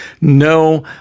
No